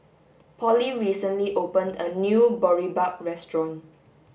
Polly recently opened a new Boribap Restaurant